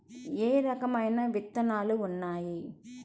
ఏ రకమైన విత్తనాలు ఉన్నాయి?